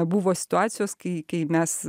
buvo situacijos kai kai mes